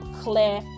clear